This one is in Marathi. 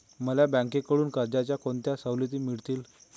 मला बँकेकडून कर्जाच्या कोणत्या सवलती मिळतील?